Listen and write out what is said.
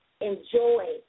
enjoy